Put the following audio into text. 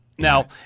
Now